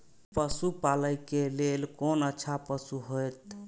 पशु पालै के लेल कोन अच्छा पशु होयत?